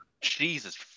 Jesus